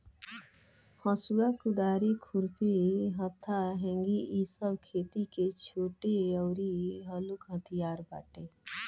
हसुआ, कुदारी, खुरपी, हत्था, हेंगी इ सब खेती के छोट अउरी हलुक हथियार बाटे